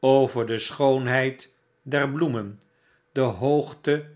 over de schoonheid der bloemen de hoogte